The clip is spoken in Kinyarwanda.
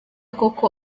koko